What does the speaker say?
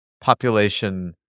population